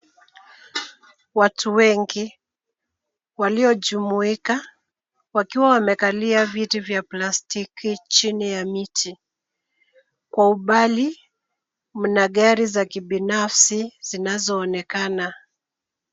Watu wengi waliojumuika wakiwa wamekalia viti ya plastiki chini ya miti. Kwa umbali mna gari za kibinafsi zinazoonekana.